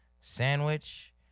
sandwich